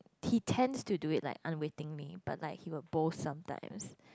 he tends to do it like unwittingly but like he will boast sometimes